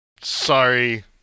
Sorry